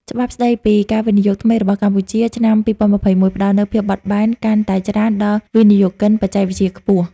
ច្បាប់ស្ដីពីវិនិយោគថ្មីរបស់កម្ពុជា ឆ្នាំ ២០២១ ផ្ដល់នូវភាពបត់បែនកាន់តែច្រើនដល់វិនិយោគិនបច្គេកវិទ្យាខ្ពស់។